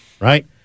right